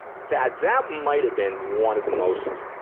that, that might have been one of the most,